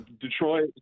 Detroit